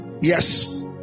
Yes